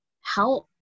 help